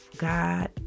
god